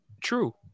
true